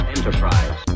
Enterprise